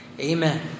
Amen